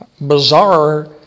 bizarre